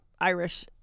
Irish